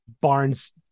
Barnes